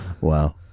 Wow